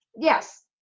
Yes